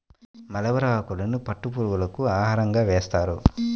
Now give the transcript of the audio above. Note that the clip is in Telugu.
మలబరీ ఆకులను పట్టు పురుగులకు ఆహారంగా వేస్తారు